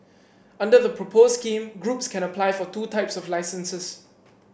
under the proposed scheme groups can apply for two types of licences